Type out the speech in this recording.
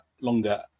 longer